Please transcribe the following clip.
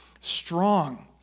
strong